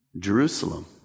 Jerusalem